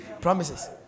Promises